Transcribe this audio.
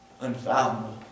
Unfathomable